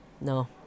no